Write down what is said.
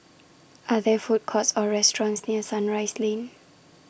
Are There Food Courts Or restaurants near Sunrise Lane